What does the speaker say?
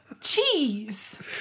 Cheese